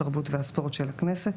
התרבות והספורט של הכנסת,